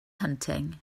hunting